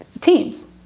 teams